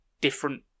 different